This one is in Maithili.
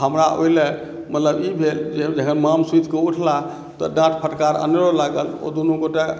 आ हमरा ओहि लेल मतलब ई भेल जे जखन माम सुतिके उठलाह तऽ डाँट फटकार अनेरो लागल ओ दुनू गोटा